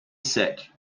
said